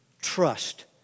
trust